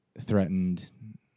threatened